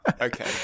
Okay